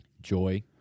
Joy